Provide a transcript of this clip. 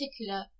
particular